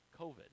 COVID